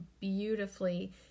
beautifully